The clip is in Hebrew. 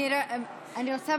אני רוצה,